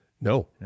No